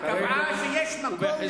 כרגע הוא בחזקת,